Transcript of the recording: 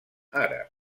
àrab